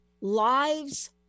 lives